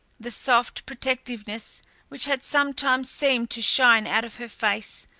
the soft protectiveness which had sometimes seemed to shine out of her face,